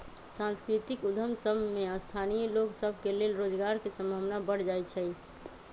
सांस्कृतिक उद्यम सभ में स्थानीय लोग सभ के लेल रोजगार के संभावना बढ़ जाइ छइ